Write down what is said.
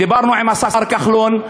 דיברנו עם השר כחלון.